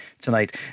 tonight